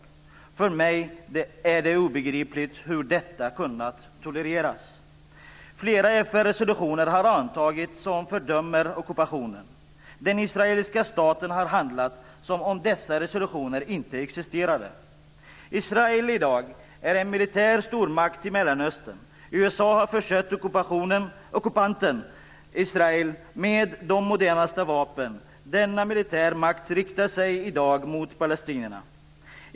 För mig är det obegripligt hur detta har kunnat tolereras. Flera FN-resolutioner har antagits som fördömer ockupationen. Den israeliska staten har handlat som om dessa resolutioner inte existerade. Israel är i dag en militär stormakt i Mellanöstern. USA har försett ockupanten Israel med de modernaste vapen. Denna militärmakt riktar sig i dag mot palestinierna.